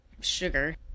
sugar